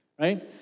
Right